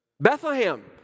Bethlehem